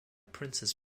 princes